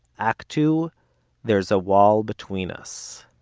act two there's a wall between us